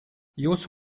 jūsu